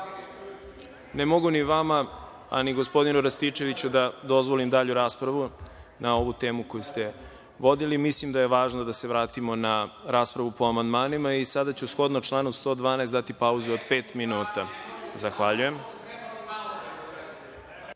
mogu ni vama, a ni gospodinu Rističeviću da dozvolim dalju raspravu na ovu temu koju ste vodili. Mislim da je važno da se vratimo na raspravu po amandmanima. Sada ću shodno članu 112. dati pauzu od pet minuta. Zahvaljujem.(Posle